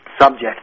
subject